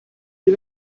die